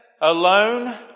alone